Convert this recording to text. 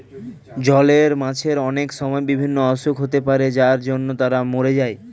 জলের মাছের অনেক সময় বিভিন্ন অসুখ হতে পারে যার জন্য তারা মোরে যায়